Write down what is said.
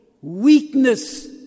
weakness